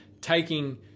taking